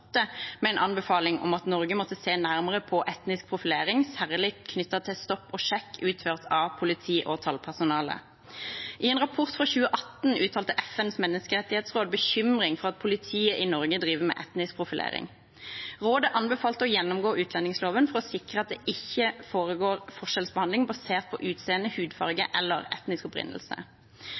med en anbefaling om at Norge måtte se nærmere på etnisk profilering, særlig knyttet til «stopp og sjekk» utført av politi og tollpersonale. I en rapport fra 2018 uttalte FNs menneskerettighetsråd bekymring for at politiet i Norge driver med etnisk profilering. Rådet anbefalte å gjennomgå utlendingsloven for å sikre at det ikke foregår forskjellsbehandling basert på utseende, hudfarge eller etnisk opprinnelse.